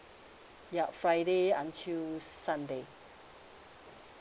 yup friday until sunday